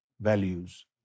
values